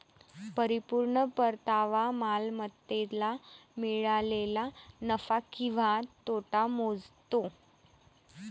परिपूर्ण परतावा मालमत्तेला मिळालेला नफा किंवा तोटा मोजतो